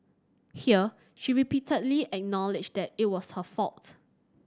here she repeatedly acknowledged that it was her fault